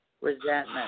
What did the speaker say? resentment